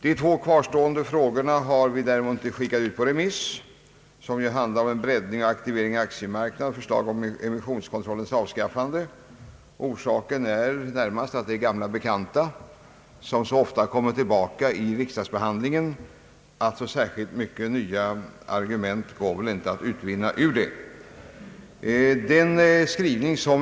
De två återstående frågorna, som gäller förslag om en breddning och aktivisering av aktiemarknaden samt förslag om emissionskontrollens avskaffande, har vi däremot inte skickat ut på remiss. Anledningen är att vi här möter gamla bekanta som gång efter annan kommer tillbaka i riksdagsbehandlingen, och några nya argument av betydelse torde inte kunna utvinnas genom en förnyad remissbehandling.